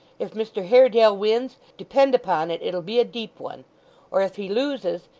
if mr haredale wins, depend upon it, it'll be a deep one or if he loses,